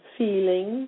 feeling